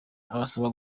abasaba